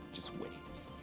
just waves.